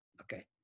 okay